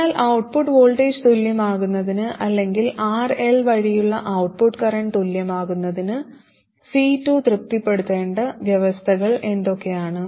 അതിനാൽ output voltage തുല്യമാകുന്നതിന് അല്ലെങ്കിൽ RL വഴിയുള്ള ഔട്ട്പുട്ട് കറന്റ് തുല്യമാകുന്നതിന് C2 തൃപ്തിപ്പെടുത്തേണ്ട വ്യവസ്ഥകൾ എന്തൊക്കെയാണ്